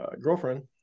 girlfriend